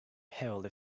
heavily